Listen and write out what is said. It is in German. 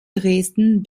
dresden